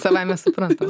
savaime suprantama